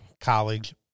College